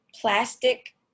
plastic